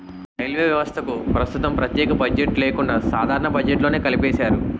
railway వ్యవస్థకు ప్రస్తుతం ప్రత్యేక బడ్జెట్ లేకుండా సాధారణ బడ్జెట్లోనే కలిపేశారు